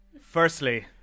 Firstly